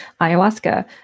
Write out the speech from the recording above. ayahuasca